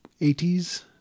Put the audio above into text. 80s